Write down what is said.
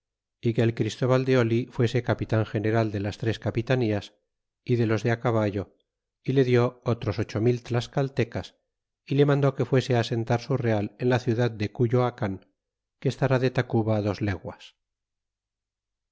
y que el christóval de oli fuese capitan general de las tres capitanías y de los de caballo y le dió otros ocho mil tlascaltecas y le mandó que fuese á asentar su real en la ciudad de cuyoacan que estará de tacuba dos leguas